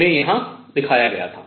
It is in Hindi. इन्हें यहां दिखाया गया था